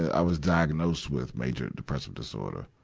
i was diagnosed with major depressive disorder,